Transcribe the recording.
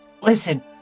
listen